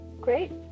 Great